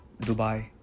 dubai